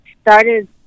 started